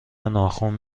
ناخن